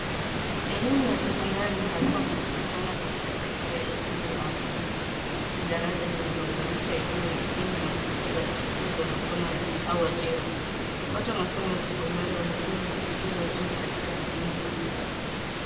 Elimu ya sekondari ni hatua muhimu sana katika safari ya elimu ya wanafunzi ni daraja linalo unganisha elimu ya msingi na fursa za juu za masomo au ajira. Kupata masomo ya sekondari wanafunzi wanajifunza ujuzi katika masomo mbali mbali.